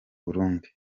burundi